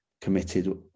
committed